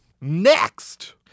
Next